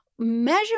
Measure